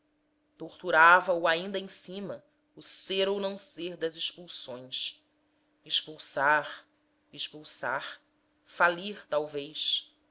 a acalmar torturava o ainda em cima o ser ou não ser das expulsões expulsar expulsar falir talvez